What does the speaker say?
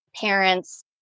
parents